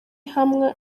hamwe